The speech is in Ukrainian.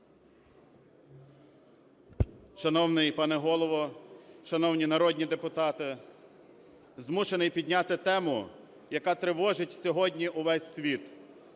Шановний пане Голово, шановні народні депутати! Змушений підняти тему, яка тривожить сьогодні увесь світ